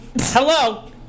Hello